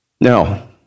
Now